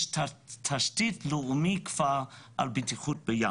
יש תשתית לאומית לבטיחות בים.